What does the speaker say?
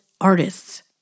artists